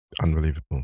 Unbelievable